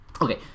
okay